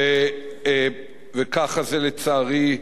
וככה זה, לצערי,